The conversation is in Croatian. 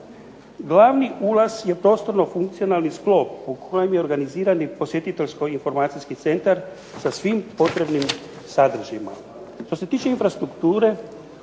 Glavni ulaz je prostorno funkcionalni sklop po kojem je organizirani posjetiteljsko informacijski centar sa svim potrebnim sadržajima.